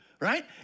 Right